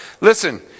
listen